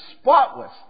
spotless